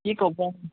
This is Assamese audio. কি ক'ব